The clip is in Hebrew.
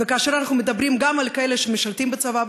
וכאשר אנחנו מדברים גם על כאלה שמשרתים בצבא,